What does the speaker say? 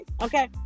okay